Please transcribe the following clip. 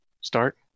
start